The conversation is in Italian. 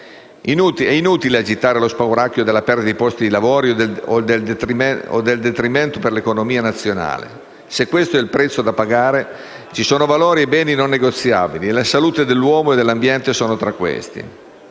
È inutile agitare lo spauracchio della perdita dei posti di lavoro o del detrimento per l'economia nazionale, se questo è il prezzo da pagare. Ci sono valori e beni non negoziabili e la salute dell'uomo e dell'ambiente è tra questi.